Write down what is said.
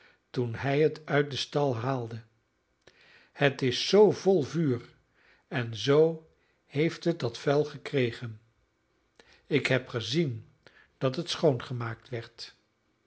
toen hij het uit den stal haalde het is zoo vol vuur en zoo heeft het dat vuil gekregen ik heb gezien dat het schoongemaakt werd